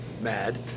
mad